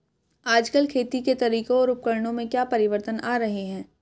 आजकल खेती के तरीकों और उपकरणों में क्या परिवर्तन आ रहें हैं?